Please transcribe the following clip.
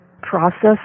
process